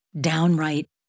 downright